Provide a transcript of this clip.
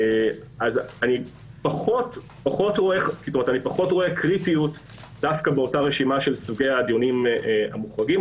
אני פחות רואה קריטיות ברשימה של סוגי הדיונים המוחרגים,